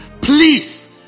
Please